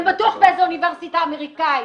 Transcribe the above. הם בטוח באיזו אוניברסיטה אמריקאית.